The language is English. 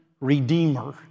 redeemer